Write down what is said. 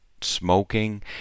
smoking